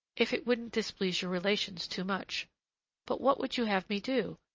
if it wouldn't displease your relations too much but what would you have me do?